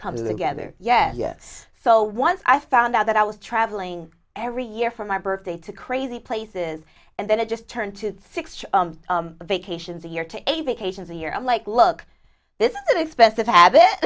come together yes yes so once i found out that i was traveling every year for my birthday to crazy places and then i just turned to six vacations a year to a vacation a year i'm like look this is expensive habit